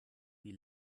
wie